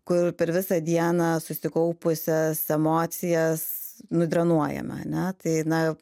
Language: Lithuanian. kur per visą dieną susikaupusias emocijas nudrenuojame ane tai na